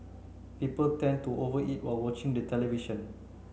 people tend to over eat while watching the television